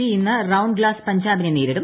C ഇന്ന് round glass പഞ്ചാബിനെ നേരിടും